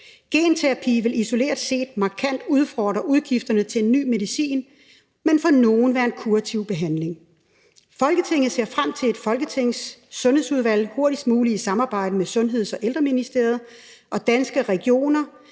Genterapi vil isoleret set markant udfordre udgifterne til ny medicin, men for nogle være en kurativ behandling. Folketinget ser frem til, at Folketingets Sundhedsudvalg hurtigst muligt i samarbejde med Sundhedsministeriet og Danske Regioner